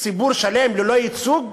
ציבור שלם ללא ייצוג?